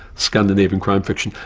scandinavian crime fiction,